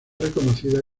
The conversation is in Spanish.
reconocida